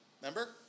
Remember